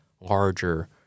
larger